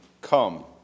come